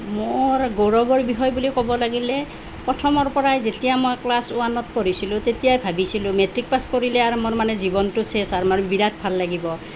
মোৰ গৌৰৱৰ বিষয় বুলি ক'ব লাগিলে প্ৰথমৰ পৰাই যেতিয়া মই ক্লাচ ওৱানত পঢ়িছিলোঁ তেতিয়াই ভাবিছিলোঁ মেট্ৰিক পাছ কৰিলেই আৰু মোৰ মানে জীৱনটো শেষ আৰু মানে বিৰাট ভাল লাগিব